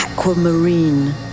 Aquamarine